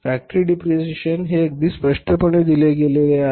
factory depreciation हे अगदी स्पष्टपणे दिले गेले आहे